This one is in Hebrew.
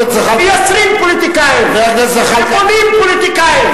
מייצרים פוליטיקאים, בונים פוליטיקאים.